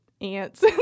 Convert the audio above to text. ants